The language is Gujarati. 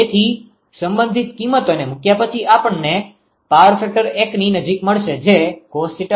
તેથી સંબંધિત કિંમતોને મુક્યા પછી આપણને પાવર ફેક્ટર એકની નજીક મળશે જે cos𝜃20